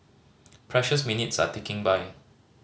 precious minutes are ticking by